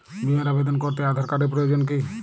বিমার আবেদন করতে আধার কার্ডের প্রয়োজন কি?